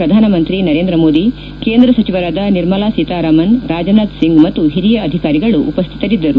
ಪ್ರಧಾನ ಮಂತ್ರಿ ನರೇಂದ್ರ ಮೋದಿ ಕೇಂದ್ರ ಸಚಿವರಾದ ನಿರ್ಮಲಾ ಸೀತಾರಾಮನ್ ರಾಜನಾಥ್ ಸಿಂಗ್ ಮತ್ತು ಹಿರಿಯ ಅಧಿಕಾರಿಗಳು ಉಪ್ಯಿತರಿದ್ದರು